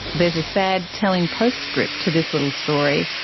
there's a sad, telling post-script to this little story.